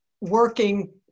working